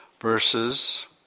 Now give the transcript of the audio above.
verses